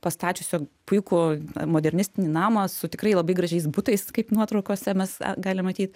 pastačiusio puikų modernistinį namą su tikrai labai gražiais butais kaip nuotraukose mes galim matyt